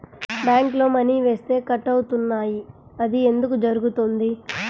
బ్యాంక్లో మని వేస్తే కట్ అవుతున్నాయి అది ఎందుకు జరుగుతోంది?